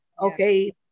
Okay